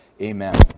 Amen